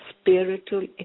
spiritual